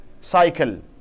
cycle